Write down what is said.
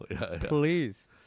please